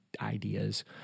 ideas